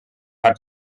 hat